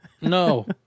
No